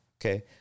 Okay